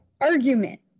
argument